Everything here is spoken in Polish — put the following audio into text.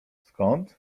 skąd